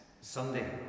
Sunday